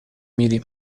мире